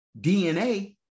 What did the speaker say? DNA